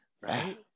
right